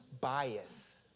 bias